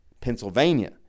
Pennsylvania